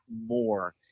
more